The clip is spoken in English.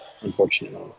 unfortunately